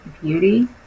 beauty